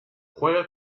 juega